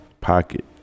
pocket